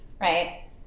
right